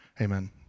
amen